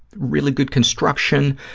really good construction.